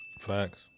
Facts